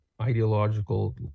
Ideological